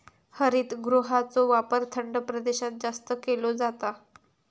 हरितगृहाचो वापर थंड प्रदेशात जास्त केलो जाता